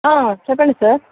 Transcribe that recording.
చెప్పండి సార్